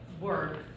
work